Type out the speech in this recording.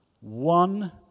One